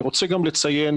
אני רוצה גם לציין,